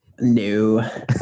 No